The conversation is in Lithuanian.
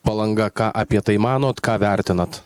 palanga ką apie tai manot ką vertinat